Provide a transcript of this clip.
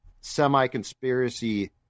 semi-conspiracy